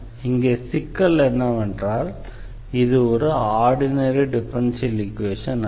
இங்கே சிக்கல் என்னவென்றால் இது ஒரு ஆர்டினரி டிஃபரன்ஷியல் ஈக்வேஷன் அல்ல